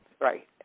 right